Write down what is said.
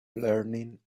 learning